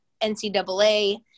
NCAA